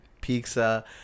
pizza